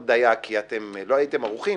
כי אתם לא הייתם ערוכים,